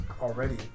already